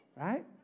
right